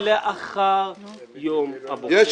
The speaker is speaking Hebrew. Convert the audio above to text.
הוא אמר לי שלאחר יום הבוחר --- יש